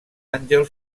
àngel